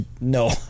no